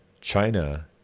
China